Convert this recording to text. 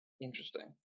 Interesting